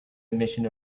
emission